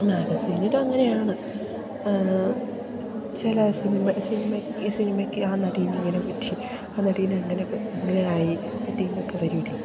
മാഗസീനില് അങ്ങനെയാണ് ചില cinema cinema സിനിമയ്ക്ക് ആ നടിന് ഇങ്ങനെ പറ്റി ആ നടിനെ അങ്ങനെ അങ്ങനെയായി പറ്റിയെന്നൊക്കെ വരില്ലേ